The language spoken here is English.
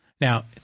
Now